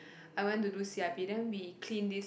I went to do c_i_p then we clean this